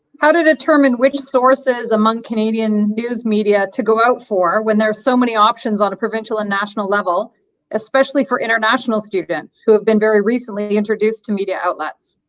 how to determine which sources among canadian news media to go out for when there are so many options on a provincial and national level especially for international students who have been very recently introduced to media outlets?